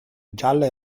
gialla